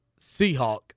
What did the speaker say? Seahawk